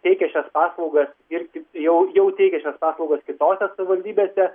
teikia šias paslaugas ir jau jau teikia šias paslaugas kitose savivaldybėse